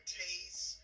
taste